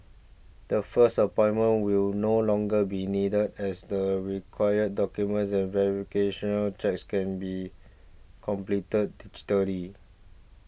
the first appointment will no longer be needed as the required documents and checks can be completed digitally